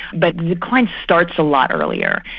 but the decline starts a lot earlier.